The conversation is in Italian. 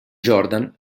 jordan